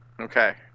okay